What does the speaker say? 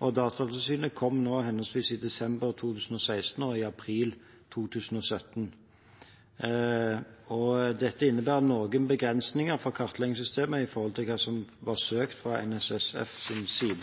og Datatilsynet kom i henholdsvis desember 2016 og april 2017. Disse innebærer noen begrensninger for kartleggingssystemet i forhold til hva det ble søkt om fra NSSFs side,